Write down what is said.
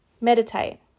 meditate